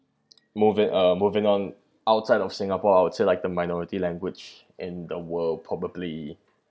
move it uh moving on outside of singapore I would say like the minority language in the world probably